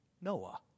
Noah